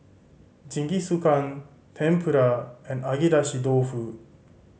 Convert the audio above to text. Jingisukan Tempura and Agedashi Dofu